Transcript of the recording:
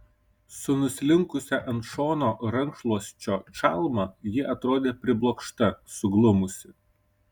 su nuslinkusia ant šono rankšluosčio čalma ji atrodė priblokšta suglumusi